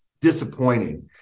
disappointing